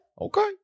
okay